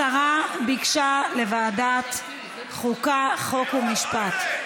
השרה ביקשה לוועדת החוקה, חוק ומשפט.